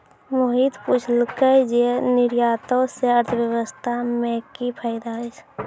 मोहित पुछलकै जे निर्यातो से अर्थव्यवस्था मे कि फायदा होय छै